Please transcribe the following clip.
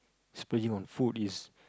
splurging on food is